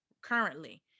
currently